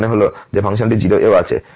এর মানে হল যে ফাংশনটি 0 এও আছে